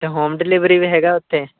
ਅਤੇ home delivery ਵੀ ਹੈਗਾ ਉੱਥੇ